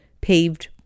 paved